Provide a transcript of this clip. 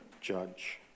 judge